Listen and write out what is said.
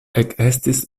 ekestis